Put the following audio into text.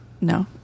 No